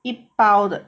一包的